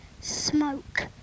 smoke